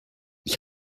ich